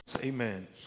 Amen